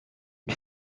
une